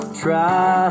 try